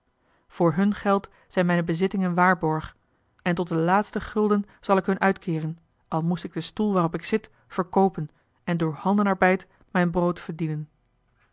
voor hun geld zijn mijne bezittingen waarborg en tot den laatsten gulden zal ik hun uitkeeren al moest ik den stoel waarop ik zit verkoopen en door handenarbeid mijn brood verdienen